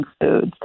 foods